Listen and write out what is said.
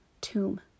tomb